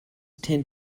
tend